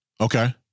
Okay